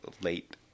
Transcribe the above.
late